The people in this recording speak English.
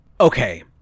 Okay